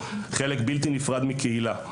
חלק בלתי נפרד מקהילה.